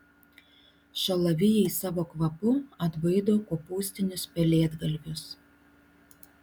šalavijai savo kvapu atbaido kopūstinius pelėdgalvius